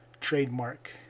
trademark